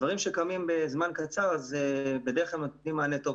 דברים שקמים בזמן קצר נותנים בדרך כלל מענה טוב,